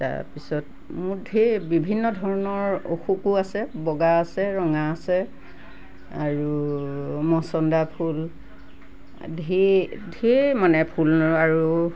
তাৰ পিছত মোৰ ধেৰ বিভিন্ন ধৰণৰ অশোকো আছে বগা আছে ৰঙা আছে আৰু মচন্দা ফুল ধেৰ ধেৰ মানে ফুলৰ আৰু